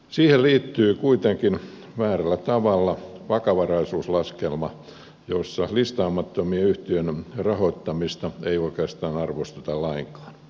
siihen liittyvät kuitenkin väärällä tavalla vakavaraisuuslaskelmat joissa listaamattomien yhtiöiden rahoittamista ei oikeastaan arvosteta lainkaan